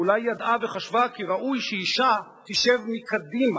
ואולי ידעה וחשבה כי ראוי שאשה תשב מקדימה.